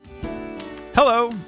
Hello